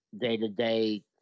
day-to-day